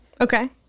okay